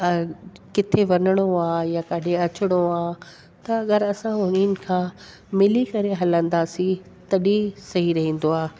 किते वञिणो आहे या काॾे अचणो आहे त अगरि असां हिननि खां मिली करे हलंदासीं तॾहिं सही रहंदो आहे